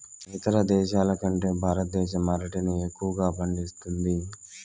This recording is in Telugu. ఇతర దేశాల కంటే భారతదేశం అరటిని ఎక్కువగా పండిస్తుంది